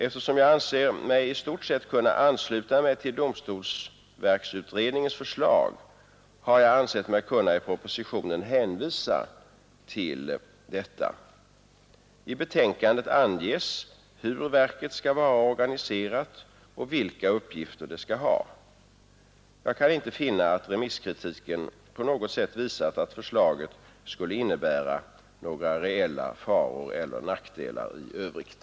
Eftersom jag anser mig i stort sett kunna ansluta mig till domstolsverksutredningens förslag har jag ansett mig kunna i propositionen hänvisa till detta. I betänkandet anges hur verket skall vara organiserat och vilka uppgifter det skall ha. Jag kan inte finna att remisskritiken på något sätt visat att förslaget skulle innebära några reella faror eller nackdelar i övrigt.